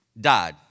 died